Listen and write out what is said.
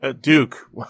Duke